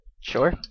Sure